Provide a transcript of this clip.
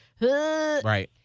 Right